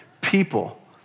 people